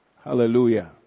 Hallelujah